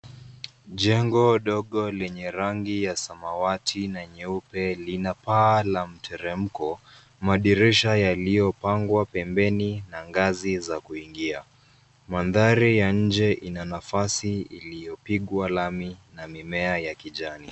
Jengo ndogo lenye rangi ya samawati na nyeupe lina paa la mteremko. Madirisha yaliyopangwa pembeni na ngazi za kuingia. Mandhari ya nje ina nafasi iliyopigwa lami na mimea ya kijani.